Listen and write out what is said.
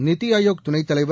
நித்தி ஆயோக் துணைத் தலைவர்